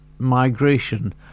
migration